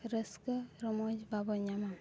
ᱨᱟᱹᱥᱠᱟᱹᱼᱨᱚᱢᱚᱡᱽ ᱵᱟᱵᱚ ᱧᱟᱢᱟ